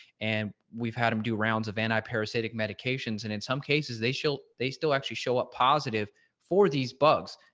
and we've had them do rounds of anti parasitic medications. and in some cases, they still, they still actually show up positive for these bugs,